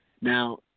Now